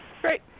Great